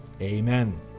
Amen